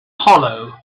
hollow